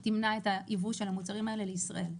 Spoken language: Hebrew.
תמנע את הייבוא של המוצרים האלה לישראל.